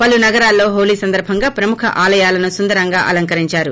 పలు నగరాల్లో హోలీ సందర్బంగా ప్రముఖ ఆలయాలను సుందరంగా అలంకరించారు